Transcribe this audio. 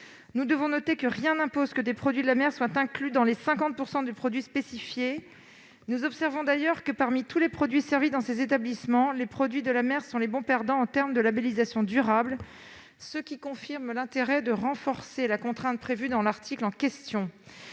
Nous devons noter que rien n'impose que des produits de la mer soient inclus dans les 50 % de produits spécifiés. Nous observons d'ailleurs que, parmi tous les produits servis dans ces établissements, les produits de la mer sont les bons perdants en termes de labellisation durable, ce qui confirme l'intérêt de renforcer la contrainte prévue dans l'article en question.